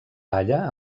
balla